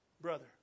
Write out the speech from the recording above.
Brother